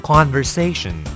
Conversation